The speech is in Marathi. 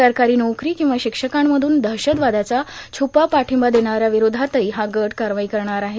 सरकारी नोकरी आणि शिक्षकांमधून दहशतवादाचा छप्पा पाठिंबा देणाऱ्यांविरोधातही हा गट कारवाई करणार आहे